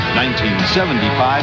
1975